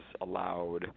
allowed